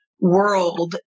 world